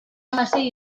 hamasei